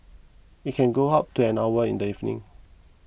it can go up to an hour in the evening